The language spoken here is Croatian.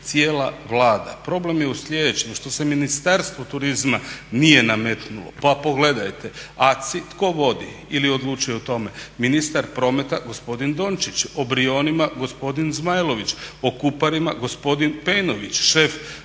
cijela Vlada. Problem je u slijedećem, što se Ministarstvo turizma nije nametnulo. Pa pogledajte ACI tko vodi ili odlučuje o tome? Ministar prometa gospodin Dončić, o Brijunima gospodin Zmajlović, o Kuparima gospodin Penović šef